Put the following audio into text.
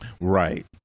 right